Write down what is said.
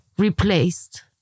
replaced